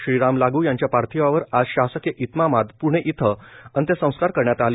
श्रीराम लाग यांच्या पार्थिवावर आज शासकीय इतमामात पूणे इथं अंत्यसंस्कार करण्यात आले